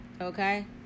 Okay